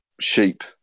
sheep